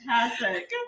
fantastic